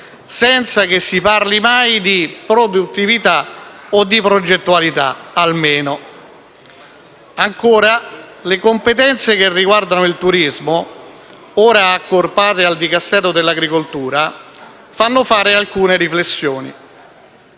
senza che si parli mai di produttività o almeno di progettualità. Ancora: le competenze che riguardano il turismo, ora accorpate al Dicastero dell'agricoltura, inducono a fare alcune riflessioni.